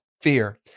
fear